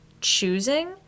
choosing